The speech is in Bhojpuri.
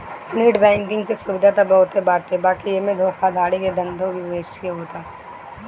नेट बैंकिंग से सुविधा त बहुते बाटे बाकी एमे धोखाधड़ी के धंधो भी बेसिये होता